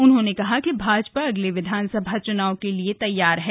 उन्होंने कहा कि भाजपा अगले विधानसभा चूनाव के लिए तैयार है